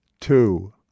two